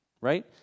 right